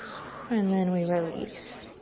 and then we release.